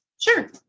Sure